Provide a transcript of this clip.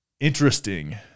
interesting